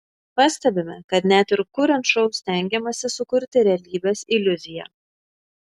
pastebime kad net ir kuriant šou stengiamasi sukurti realybės iliuziją